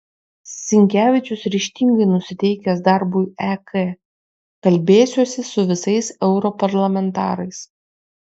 sinkevičius ryžtingai nusiteikęs darbui ek kalbėsiuosi su visais europarlamentarais